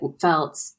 felt